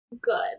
good